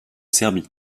serbie